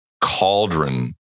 cauldron